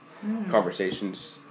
conversations